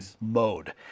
mode